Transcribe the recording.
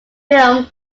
film